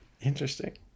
interesting